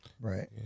Right